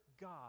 God